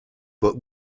but